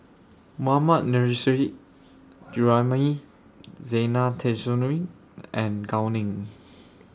Mohammad Nurrasyid Juraimi Zena Tessensohn and Gao Ning